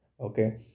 Okay